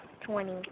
Twenty